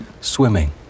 swimming